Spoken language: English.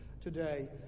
today